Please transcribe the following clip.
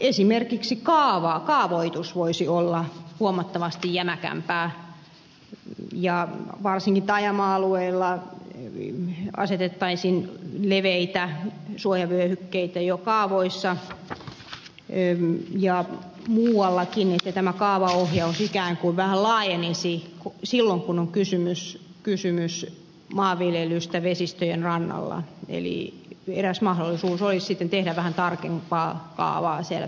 esimerkiksi kaavoitus voisi olla huomattavasti jämäkämpää ja varsinkin taajama alueilla voitaisiin asettaa leveitä suojavyöhykkeitä jo kaavoissa ja muuallakin niin että tämä kaavaohjaus ikään kuin vähän laajenisi silloin kun on kysymys maanviljelystä vesistöjen rannalla eli eräs mahdollisuus olisi sitten tehdä vähän tarkempaa kaavaa siellä vesistöjen rannalla